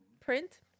print